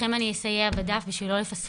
ברשותכם אני אסתייע בדף בשביל לא לפספס.